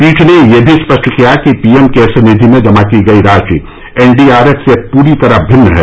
पीठ ने यह भी स्पष्ट किया कि पीएम केयर्स निधि में जमा की गई राशि एन डी आर एफ से पूरी तरह भिन्न है